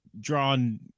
drawn